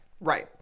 Right